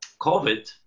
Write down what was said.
COVID